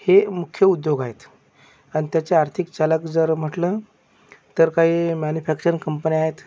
हे मुख्य उद्योग आहेत अन् त्याचे आर्थिक चालक जर म्हटलं तर काही मॅन्युफॅक्चरिंग कंपन्या आहेत